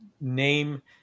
name